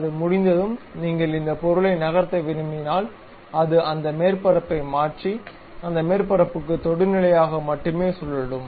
அது முடிந்ததும் நீங்கள் இந்த பொருளை நகர்த்த விரும்பினால் அது அந்த மேற்பரப்பை மாற்றி அந்த மேற்பரப்புக்கு தொடுநிலையாக மட்டுமே சுழலும்